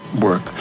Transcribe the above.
work